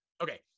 okay